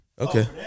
okay